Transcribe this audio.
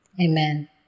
Amen